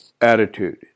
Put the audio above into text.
attitude